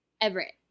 Everett